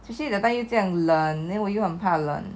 especially that time 又这样冷 then 我又很怕冷